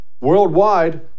Worldwide